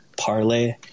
parlay